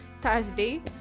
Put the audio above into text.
Thursday